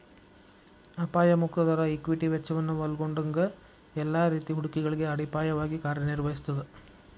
ಅಪಾಯ ಮುಕ್ತ ದರ ಈಕ್ವಿಟಿ ವೆಚ್ಚವನ್ನ ಒಲ್ಗೊಂಡಂಗ ಎಲ್ಲಾ ರೇತಿ ಹೂಡಿಕೆಗಳಿಗೆ ಅಡಿಪಾಯವಾಗಿ ಕಾರ್ಯನಿರ್ವಹಿಸ್ತದ